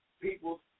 people